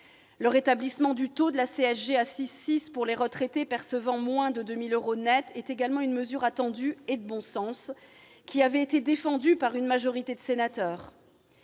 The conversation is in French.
Le rétablissement du taux de CSG à 6,6 % pour les retraités percevant moins de 2 000 euros nets est également une mesure attendue et de bon sens, qui avait été défendue par une majorité de sénateurs.